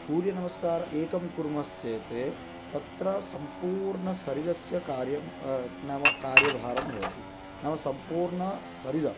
सूर्यनमस्कार एकं कुर्मश्चेत् तत्र सम्पूर्णशरीरस्य कार्यं नाम कार्यभारं भवति नाम सम्पूर्णशरीर